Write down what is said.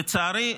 לצערי,